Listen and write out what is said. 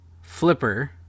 Flipper